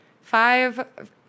five